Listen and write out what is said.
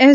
S